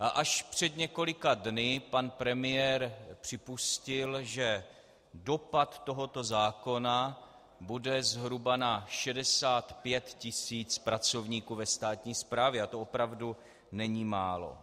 A až před několika dny pan premiér připustil, že dopad tohoto zákona bude zhruba na 65 tisíc pracovníků ve státní správě, a to opravdu není málo.